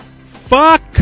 Fuck